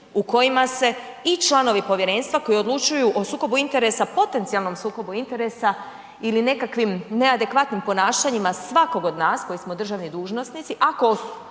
u kojima se i članovi povjerenstva koji odlučuju o sukobu interesa, potencijalnom sukobu interesa ili nekakvim neadekvatnim ponašanjima svakog od nas koji smo državni dužnosnici,